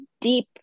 deep